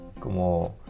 como